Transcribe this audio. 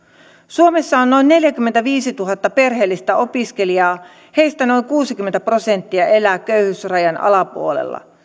on noin neljäkymmentäviisituhatta perheellistä opiskelijaa heistä noin kuusikymmentä prosenttia elää köyhyysrajan alapuolella